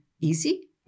easy